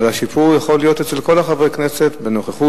אבל השיפור יכול להיות אצל כל חברי הכנסת בנוכחות,